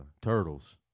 turtles